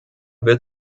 wird